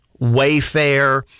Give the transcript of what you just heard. Wayfair